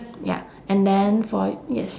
ya and then for yes